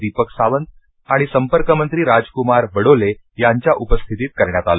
दीपक सावंत आणि संपर्कमंत्री राजकुमार बडोले यांच्याउपस्थितीत करण्यात आल